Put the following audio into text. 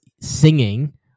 singing